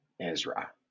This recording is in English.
Ezra